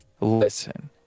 listen